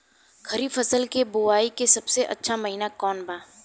खरीफ फसल के बोआई के सबसे अच्छा महिना कौन बा?